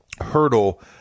hurdle